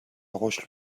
roche